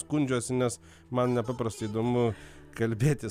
skundžiuosi nes man nepaprastai įdomu kalbėtis